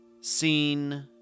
seen